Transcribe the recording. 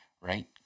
right